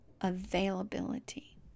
availability